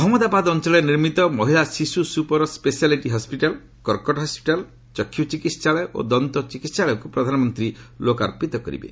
ଅହମ୍ମଦାବାଦ ଅଞ୍ଚଳରେ ନିର୍ମିତ ମହିଳା ଓ ଶିଶୁ ସୁପର ସ୍କେସିଆଲିଟି ହସ୍କିଟାଲ୍ କର୍କଟ ହସ୍କିଟାଲ୍ ଚକ୍ଷୁ ଚିକିତ୍ସାଳୟ ଓ ଦନ୍ତ ଚିକିିିିିିିି ାଳୟକୁ ପ୍ରଧାନମନ୍ତ୍ରୀ ଲୋକାର୍ପିତ କରିବେ